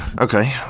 Okay